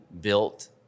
built